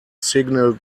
signal